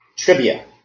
Trivia